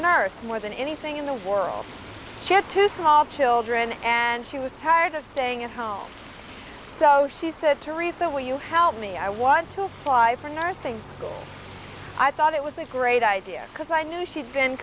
nurse more than anything in the world champ two small children and she was tired of staying at home so she said theresa will you help me i want to apply for nursing school i thought it was a great idea because i knew she'd been